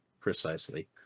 precisely